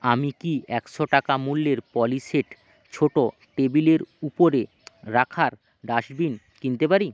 আমি কি একশো টাকা মূল্যের পলিসেট ছোটো টেবিলের উপরে রাখার ডাস্টবিন কিনতে পারি